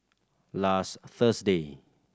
last Thursday